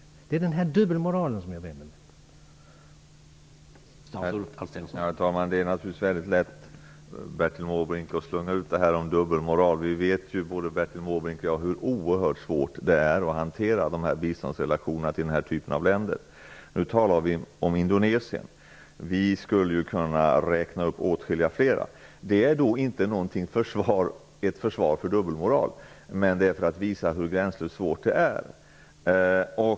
Det är denna dubbelmoral som jag vänder mig mot.